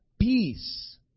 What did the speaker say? Peace